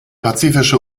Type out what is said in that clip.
pazifische